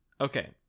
Okay